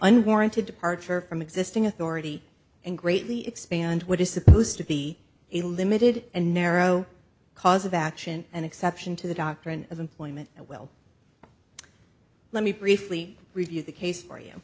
unwarranted departure from existing authority and greatly expand what is supposed to be a limited and narrow cause of action an exception to the doctrine of employment and well let me briefly review the case for you